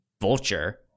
Vulture